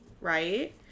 right